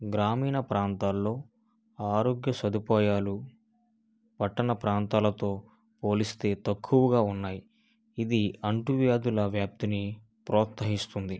గ్రామీణ ప్రాంతాల్లో ఆరోగ్య సదుపాయాలు పట్టణ ప్రాంతాలతో పోలిస్తే తక్కువగా ఉన్నాయి ఇది అంటువ్యాధిల వ్యాప్తిని ప్రోత్సహిస్తుంది